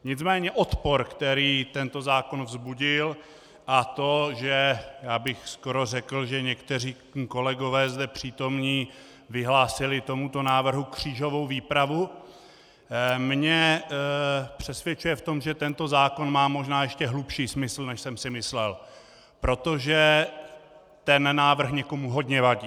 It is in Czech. Nicméně odpor, který tento zákon vzbudil, a to, že já bych skoro řekl, že někteří kolegové zde přítomní vyhlásili tomuto návrhu křížovou výpravu, mě přesvědčuje v tom, že tento zákon má možná ještě hlubší smysl, než jsem si myslel, protože ten návrh někomu hodně vadí.